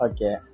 Okay